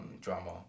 drama